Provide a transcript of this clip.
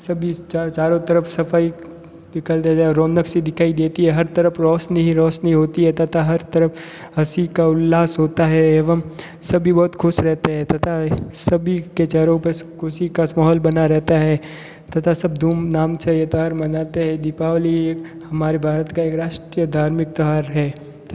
सभी चारों तरफ सफाई निकाल दिया जाय रौनक सी दिखाई देती है हर तरफ रोशनी रोशनी होती है तथा हर तरफ हंसी का उल्लास होता है एवं सभी बहुत खुश रहते हैं तथा सभी के चेहरों पे खुशी का माहौल बना रहता है तथा सब धूम धाम से ये त्यौहार मानते हैं दीपावली एक हमारे भारत का एक राष्ट्रीय धार्मिक त्यौहार है